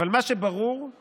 אבל מה שברור הוא